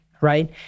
right